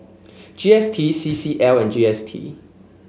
G S T C C L and G S T